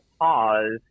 pause